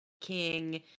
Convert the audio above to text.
king